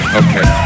okay